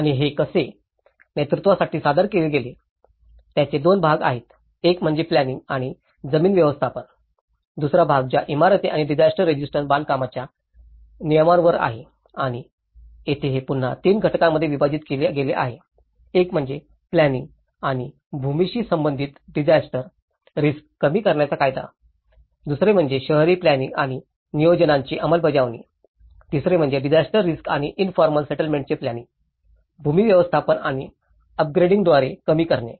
आणि हे कसे नेतृत्वासाठी सादर केले गेले त्याचे 2 भाग आहेत एक म्हणजे प्लॅनिंइंग आणि जमीन व्यवस्थापन दुसरा भाग ज्या इमारती आणि डिजास्टर रेजिस्टन्स बांधकामांच्या नियमांवर आहे आणि येथे हे पुन्हा 3 घटकांमध्ये विभागले गेले आहे एक म्हणजे प्लॅनिंइंग आणि भूमीशी संबंधित डिजास्टर रिस्क कमी करण्याचा कायदा दुसरे म्हणजे शहरी प्लॅनिंइंग आणि योजनांची अंमलबजावणी तिसरे म्हणजे डिजास्टर रिस्क आणि इनफॉर्मल सेटलमेंटचे प्लॅनिंइंग भूमी व्यवस्थापन आणि अपग्रेडिंगद्वारे कमी करणे